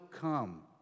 come